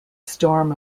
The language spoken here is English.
storm